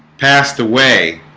passed away